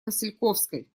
васильковской